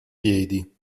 piedi